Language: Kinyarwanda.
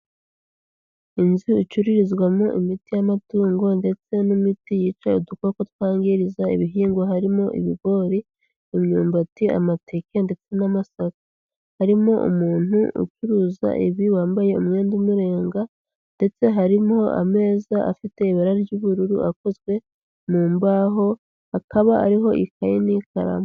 Inzu icririzwamo imiti y'amatungo ndetse n'imiti yica udukoko twangiriza ibihingwa harimo ibigori, imyumbati, amateke ndetse n'amasaka, harimo umuntu ucuruza ibi wambaye umwenda umurenga ndetse harimo ameza afite ibara ry'ubururu akozwe mu mbaho hakaba hariho ikayei n'ikararamu.